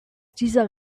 dieser